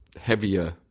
heavier